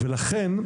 ולכן,